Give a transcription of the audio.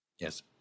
Yes